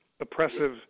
oppressive